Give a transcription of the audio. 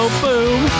boom